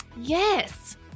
Yes